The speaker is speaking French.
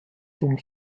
tombe